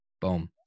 Boom